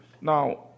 now